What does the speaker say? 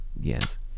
Yes